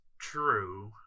True